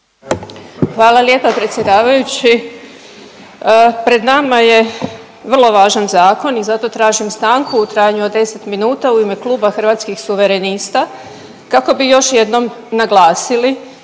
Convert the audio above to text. Hvala lijepa predsjedavajući. Pred nama je vrlo važan zakon i zato tražim stanku u trajanju od 10 minuta u ime kluba Hrvatskih suverenista kako bi još jednom naglasili